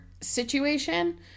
situation